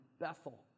Bethel